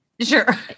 Sure